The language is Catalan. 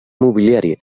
mobiliari